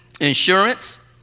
insurance